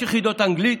חמש יחידות אנגלית,